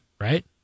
right